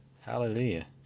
Hallelujah